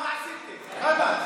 מה עשית שם, חמד?